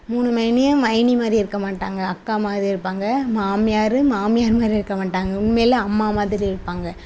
மூணு மதினியும் மதினி மாதிரி இருக்க மாட்டாங்க அக்கா மாதிரி இருப்பாங்க மாமியார் மாமியார் மாதிரி இருக்க மாட்டாங்க உண்மையிலே அம்மா மாதிரி இருப்பாங்க